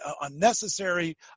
unnecessary